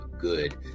good